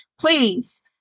please